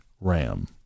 Ram